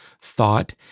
thought